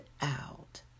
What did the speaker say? out